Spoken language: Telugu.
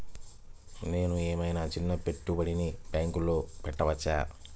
నేను ఏమయినా చిన్న పెట్టుబడిని బ్యాంక్లో పెట్టచ్చా?